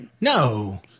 No